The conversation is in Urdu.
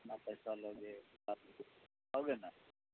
کتنا پیسہ لو گے لو گے نا